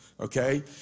okay